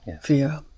fear